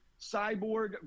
cyborg